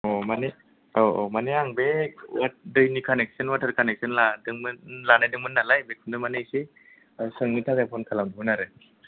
औ मानि औ औ मानि आं बे दैनि कानेकसन वाटार कानेकसन लादोंमोन लानायदोंमोन नालाय बेखौनो मानि इसे सोंनो थाखाय फन खालामदोंमोन आरो